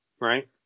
right